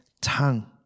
tongue